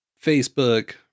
Facebook